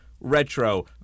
retro